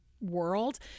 world